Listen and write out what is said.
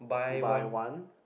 buy one